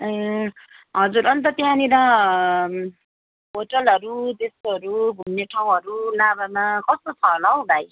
ए हजुर अन्त त्यहाँनिर होटलहरू त्यस्तोहरू घुम्ने ठाउँहरू लाभामा कस्तो छ होला हौ भाइ